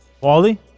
Wally